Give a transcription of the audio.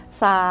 sa